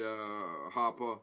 Harper